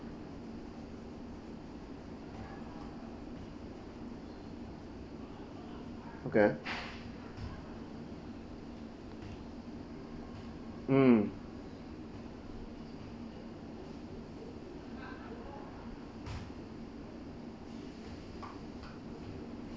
okay mm